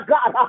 God